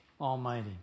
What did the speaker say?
Almighty